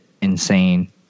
insane